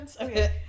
Okay